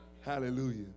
Hallelujah